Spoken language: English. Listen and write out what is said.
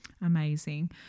Amazing